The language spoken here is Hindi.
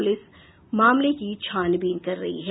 पुलिस मामले की छानबीन कर रही है